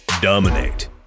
dominate